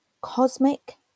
Cosmic